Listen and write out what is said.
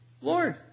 Lord